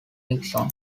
nixon